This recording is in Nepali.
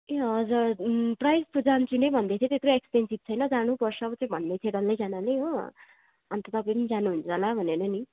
ए हजुर प्राय जस्तो जान्छु नै भन्दैथ्यो त्यत्रो एक्सपेन्सिभ छैन जानुपर्छ अब चाहिँ भन्दैथ्यो डल्लैजनाले हो अन्त तपाईँ नि जानुहुन्छ होला भनेर नि